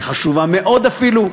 היא חשובה מאוד אפילו.